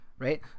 Right